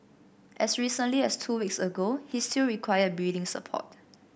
as recently as two weeks ago he still required breathing support